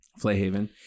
Flayhaven